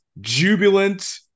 jubilant